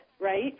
right